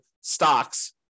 stocks